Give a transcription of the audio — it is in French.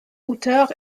hauteurs